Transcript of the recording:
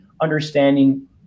understanding